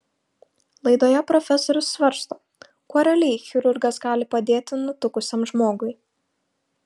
laidoje profesorius svarsto kuo realiai chirurgas gali padėti nutukusiam žmogui